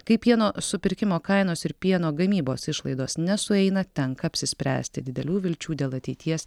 kai pieno supirkimo kainos ir pieno gamybos išlaidos nesueina tenka apsispręsti didelių vilčių dėl ateities